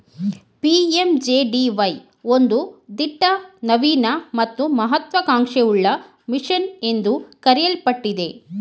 PMJDY ಒಂದು ದಿಟ್ಟ ನವೀನ ಮತ್ತು ಮಹತ್ವ ಕಾಂಕ್ಷೆಯುಳ್ಳ ಮಿಷನ್ ಎಂದು ಕರೆಯಲ್ಪಟ್ಟಿದೆ